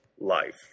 life